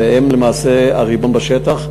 והם למעשה הריבון בשטח,